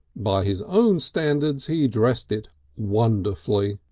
by his own standards he dressed it wonderfully.